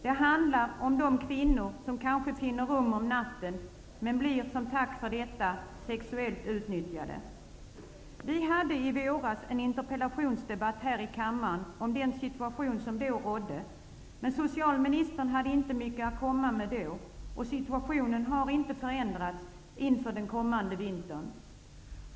Det handlar om de kvinnor som kanske finner rum för natten men som får tacka för det genom att låta sig utnyttjas sexuellt. Vi hade i våras en interpellationsdebatt här i kammaren om den situation som då rådde, men socialministern hade då inte mycket att komma med, och situationen har inte förändrats inför den kommande vintern.